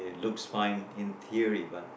looks fine in theory but